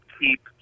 keep